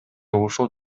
ушул